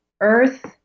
earth